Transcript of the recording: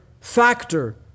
factor